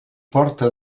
porta